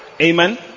Amen